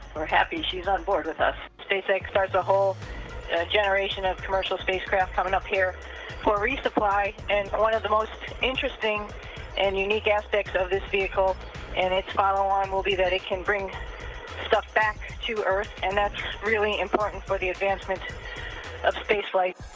we're happy she's on board with us. spacex starts a whole generation of commercial spacecraft coming up here for resupply and one of the most interesting and unique aspects of this vehicle and its follow on will be that it can bring stuff back to earth and that's really important for the advancement of spaceflight.